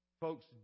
Folks